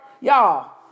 y'all